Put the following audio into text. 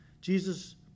Jesus